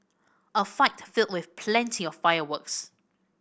a fight filled with plenty of fireworks